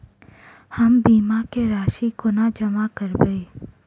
हम बीमा केँ राशि कोना जमा करबै?